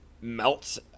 melts